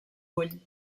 ull